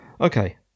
Okay